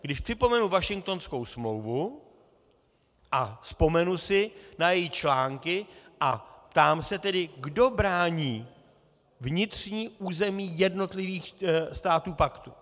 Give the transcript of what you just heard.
Když připomenu Washingtonskou smlouvu a vzpomenu si na její články, a ptám se tedy, kdo brání vnitřní území jednotlivých států paktu.